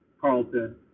Carlton